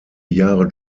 jahre